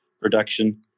production